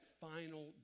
final